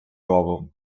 ровом